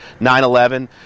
9-11